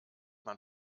man